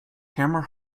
hamer